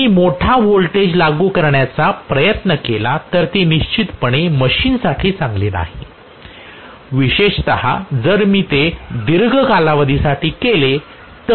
म्हणून जर मी मोठा व्होल्टेज लागू करण्याचा प्रयत्न केला तर ते निश्चितच मशीनसाठी चांगले नाही विशेषत जर मी ते दीर्घ कालावधीसाठी केले तर